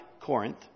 Corinth